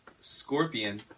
Scorpion